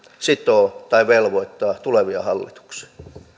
sitoo tai velvoittaa tulevia hallituksia